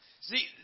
See